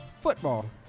football